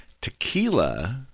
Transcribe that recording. Tequila